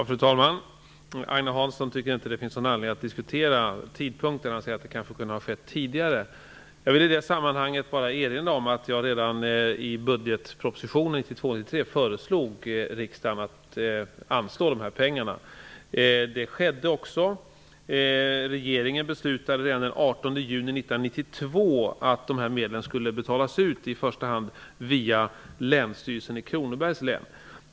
Fru talman! Agne Hansson tycker inte att det finns någon anledning att diskutera tidpunkten -- han säger att det här kanske kunde ha skett tidigare. Jag vill i det sammanhanget bara erinra om att jag redan i budgetpropositionen 1992/93 föreslog riksdagen att anslå de här pengarna. Det skedde också. Regeringen beslutade redan den 18 juni 1992 att de här medlen skulle betalas ut, i första hand via Länsstyrelsen i Kronobergs län.